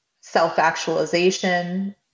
self-actualization